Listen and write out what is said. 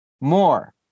more